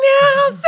Now